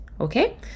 okay